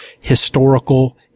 historical